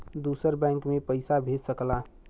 दूसर बैंक मे पइसा भेज सकला